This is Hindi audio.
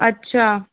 अच्छा